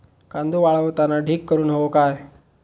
कांदो वाळवताना ढीग करून हवो काय?